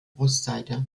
brustseite